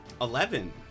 Eleven